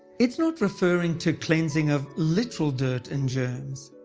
it's not referring to cleansing of literal dirt and germs,